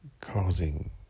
causing